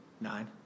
Nine